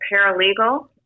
paralegal